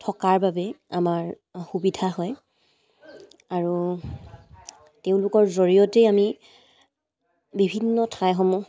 থকাৰ বাবেই আমাৰ সুবিধা হয় আৰু তেওঁলোকৰ জৰিয়তেই আমি বিভিন্ন ঠাইসমূহ